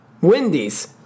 Wendy's